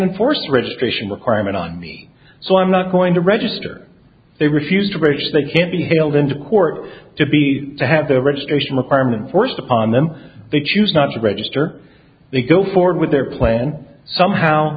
can force registration requirement on me so i'm not going to register they refuse to bridge they can't be held into court to be have the registration requirement forced upon them they choose not to register they go forward with their plan somehow